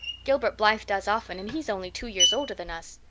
gilbert blythe does often and he's only two years older than us.